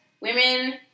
women